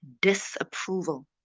disapproval